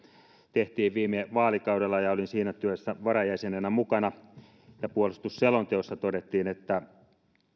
tehtiin viime vaalikaudella ja olin siinä työssä varajäsenenä mukana puolustusselonteossa todettiin